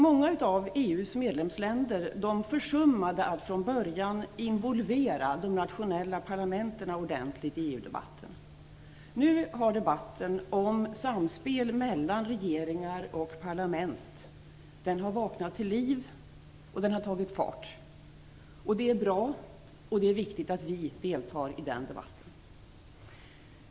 Många av EU:s medlemsländer försummade att från början involvera de nationella parlamenten ordentligt i EU-debatten. Nu har debatten om samspel mellan regeringar och parlament vaknat till liv och tagit fart. Det är bra. Det är viktigt att vi deltar i den debatten.